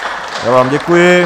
Já vám děkuji.